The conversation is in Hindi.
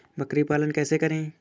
बकरी पालन कैसे करें?